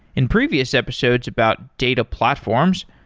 in previous episodes about data platforms,